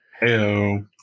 Hello